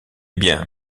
bien